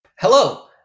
Hello